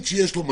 שיש לו משהו,